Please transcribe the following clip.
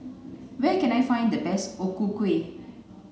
where can I find the best O Ku Kueh